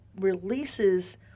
releases